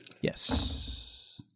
Yes